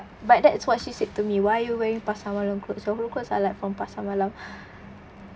but that's what she said to me why are you wearing pasar malam clothes your whole clothes are like from pasar malam